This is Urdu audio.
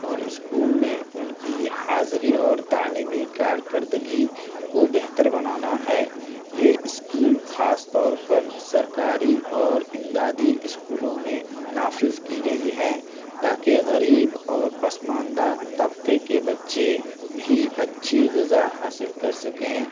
اور اسکول میں ان کی حاضری اور تعلیمی کارکردگی کو بہتر بنانا ہے یہ اسکیم خاص طور پر سرکاری اور امدادی اسکولوں میں نافذ کی گئی ہے تاکہ غریب اور پسماندہ طبقے کے بچے بھی اچھی غذا حاصل کر سکیں